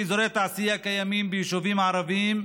בשדרוג אזורי תעשייה קיימים ביישובים הערביים,